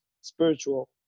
spiritual